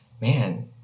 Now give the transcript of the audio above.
Man